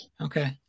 Okay